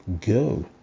go